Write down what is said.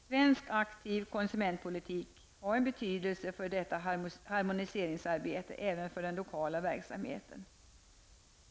Svensk aktiv konsumentpolitik har en betydelse för detta harmoniseringsarbete, och det gäller även för den lokala verksamheten.